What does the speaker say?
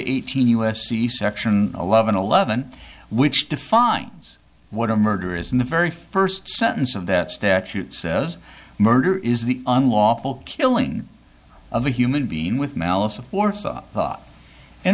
eighteen u s c section eleven eleven which defines what a murder is in the very first sentence of that statute says murder is the unlawful killing of a human being with malice aforethought in